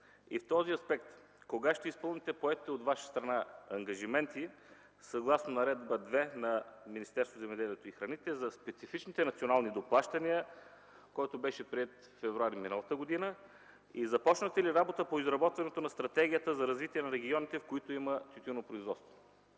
В този аспект: кога ще изпълните поетите от Ваша страна ангажименти, съгласно Наредба 2 на Министерството на земеделието и храните за специфичните национални доплащания, която беше приета през м. февруари 2010 г.? Започнахте ли работа по изработването на Стратегията за развитие на регионите, в които има тютюнопроизводство?